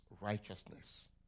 righteousness